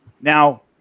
Now